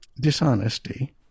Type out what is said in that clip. dishonesty